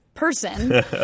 person